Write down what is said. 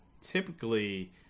typically